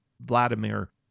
Vladimir